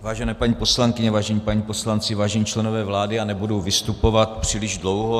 Vážené paní poslankyně, vážení páni poslanci, vážení členové vlády, já nebudu vystupovat příliš dlouho.